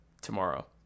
tomorrow